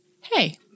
Hey